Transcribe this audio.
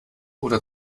oder